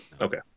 okay